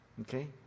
Okay